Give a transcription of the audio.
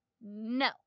No